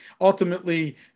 ultimately